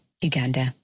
Uganda